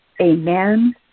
amen